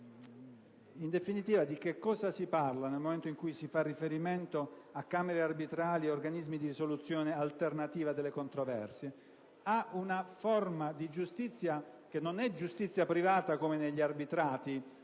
In definitiva, di cosa si parla nel momento in cui si fa riferimento a camere arbitrali e a organismi di risoluzione alternativa delle controversie? Ad una forma di giustizia che non è privata, come negli arbitrati